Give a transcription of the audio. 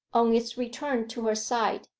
on its return to her side,